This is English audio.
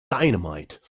dynamite